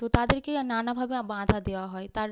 তো তাদেরকে নানাভাবে বাধা দেওয়া হয় তার